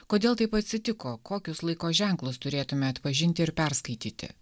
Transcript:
kodėl taip atsitiko kokius laiko ženklus turėtume atpažinti ir perskaityti